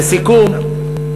לסיכום,